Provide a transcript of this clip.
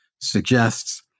suggests